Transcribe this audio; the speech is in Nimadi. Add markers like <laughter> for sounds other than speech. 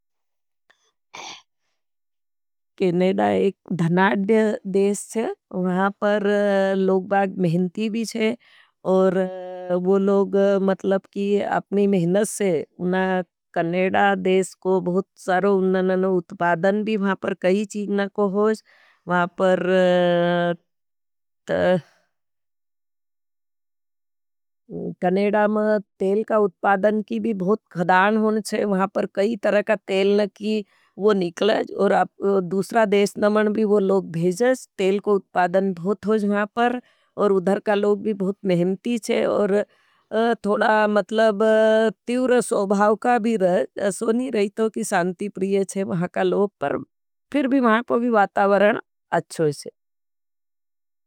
केनेडा एक धनाज्य देश है, वहाँ पर लोगबाग मेहन्ती भी है। और वो लोग मतलब की आपनी मेहनस से उनना कनेडा देश को बहुत सरो उनननन उत्पादन भी वहाँ पर कई चीज़ नहीं को होगी। <hesitation> वहाँ पर कनेडा में तेल का उत्पादन की भी बहुत ख़दान होगी वहाँ पर कई तरह का तेल नकी। वो निकलाज़ और दूसरा देश नमण भी वो लोग भेजज तेल को उत्पादन भूत होगी वहाँ पर और उधर का लोग भी बहुत मेहन्ती है। तीवर सोभाव का भी रज शोनी रहितों की सांती प्रिये है। महा का लोग पर फिर भी महा को भी वातावरण अच्छो है।